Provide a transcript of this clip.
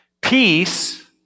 Peace